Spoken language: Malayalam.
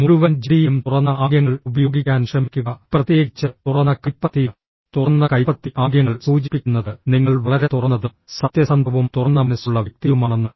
മുഴുവൻ ജിഡിയിലും തുറന്ന ആംഗ്യങ്ങൾ ഉപയോഗിക്കാൻ ശ്രമിക്കുക പ്രത്യേകിച്ച് തുറന്ന കൈപ്പത്തി തുറന്ന കൈപ്പത്തി ആംഗ്യങ്ങൾ സൂചിപ്പിക്കുന്നത് നിങ്ങൾ വളരെ തുറന്നതും സത്യസന്ധവും തുറന്ന മനസ്സുള്ള വ്യക്തിയുമാണെന്ന്